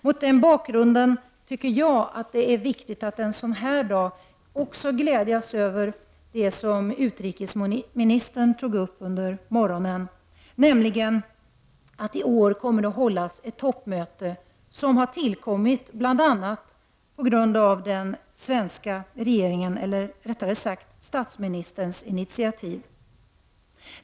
Mot denna bakgrund tycker jag att det är viktigt att en sådan dag som i dag glädjas över det som utrikesministern tog upp under morgonen, nämligen att det i år kommer att hållas ett toppmöte om barn, ett möte som tillkommit bl.a. på den svenska regeringens, eller rättare sagt statsministerns, initiativ.